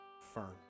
firm